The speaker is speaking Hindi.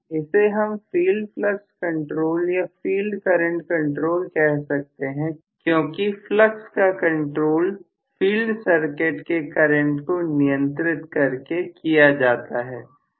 इसे हम फील्ड फ्लक्स कंट्रोल या फील्ड करंट कंट्रोल कह सकते हैं क्योंकि फ्लक्स का कंट्रोल फील्ड सर्किट के करंट को नियंत्रित करके किया जाता है